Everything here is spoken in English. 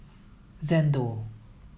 Xndo